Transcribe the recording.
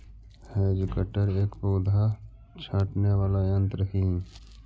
hedge cutter एक पौधा छाँटने वाला यन्त्र ही